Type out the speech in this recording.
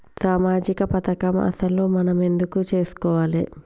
సామాజిక పథకం అసలు మనం ఎందుకు చేస్కోవాలే?